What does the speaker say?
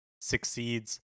succeeds